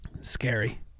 Scary